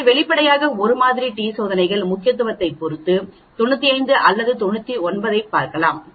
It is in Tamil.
எனவே வெளிப்படையாக இது 1 மாதிரி டி சோதனைகள் முக்கியத்துவத்தைப் பொறுத்து 95 அல்லது 99 ஐப் பார்க்கலாம்